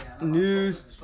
News